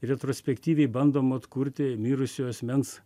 retrospektyviai bandoma atkurti mirusio asmens